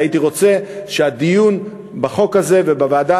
והייתי רוצה שהדיון בחוק הזה ובוועדה